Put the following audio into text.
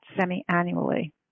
semi-annually